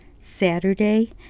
Saturday